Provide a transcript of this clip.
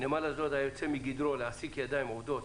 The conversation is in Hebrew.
נמל אשדוד היה יוצא מגדרו להעסיק ידיים עובדות,